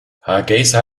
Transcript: hargeysa